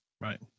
right